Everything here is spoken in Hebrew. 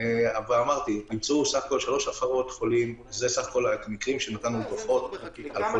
אמרתי שנמצאו בסך הכול שלוש הפרות של חולים.